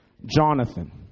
jonathan